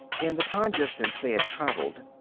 in the time-distance they had traveled,